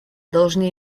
должны